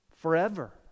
forever